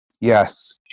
Yes